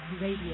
RADIO